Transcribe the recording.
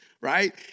Right